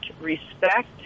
respect